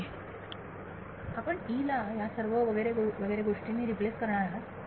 विद्यार्थी आपण E ला या सर्व वगैरे वगैरे गोष्टींनी रिप्लेस करणार आहात